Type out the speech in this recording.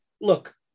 look